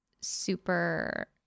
super